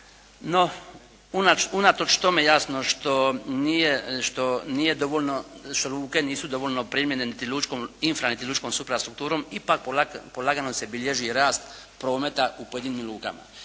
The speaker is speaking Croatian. što nije dovoljno, što luke nisu dovoljno opremljene niti lučkom infra niti lučkom suprastrukturom ipak polagano se bilježi rast prometa u pojedinim lukama.